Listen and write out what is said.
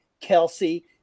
kelsey